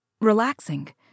relaxing